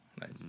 Nice